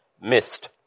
missed